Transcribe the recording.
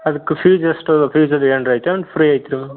ಅದಕ್ಕೆ ಫೀಝ್ ಎಷ್ಟು ಫೀಝ್ ಅದು ಏನ್ರ ಐತೇನು ಫ್ರೀ ಐತೆ ರೀ ಅದು